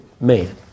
man